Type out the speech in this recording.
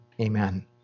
Amen